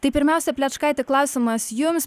tai pirmiausia plečkaiti klausimas jums